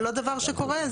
זה לא דבר שקורה?